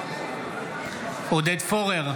נגד עודד פורר,